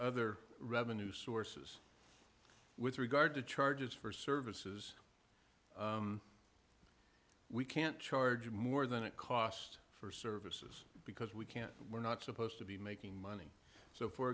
other revenue sources with regard to charges for services we can't charge more than it cost for services because we can't we're not supposed to be making money so for